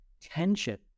tension